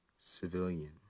civilian